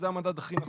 שזה המדד הכי נכון.